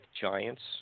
giants